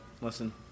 listen